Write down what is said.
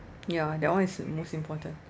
ya that one is hmm most important